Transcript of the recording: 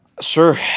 Sure